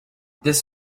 this